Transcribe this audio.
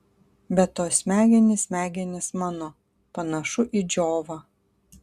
be to smegenys smegenys mano panašu į džiovą